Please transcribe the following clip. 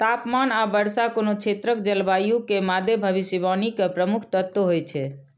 तापमान आ वर्षा कोनो क्षेत्रक जलवायु के मादे भविष्यवाणी के प्रमुख तत्व होइ छै